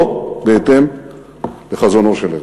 לא בהתאם לחזונו של הרצל,